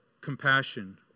compassion